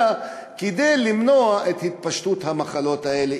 כדי למנוע את התפשטות המחלות האלה,